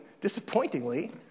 disappointingly